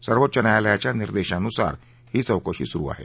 सर्वोच्च न्यायालयाच्या निर्देशानुसार ही चौकशी चालू आहे